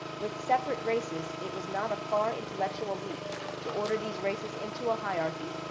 with separate races, it was not a far intellectual leap to order these races into a hierarchy,